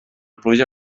pluja